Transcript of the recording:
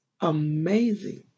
amazing